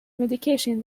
medication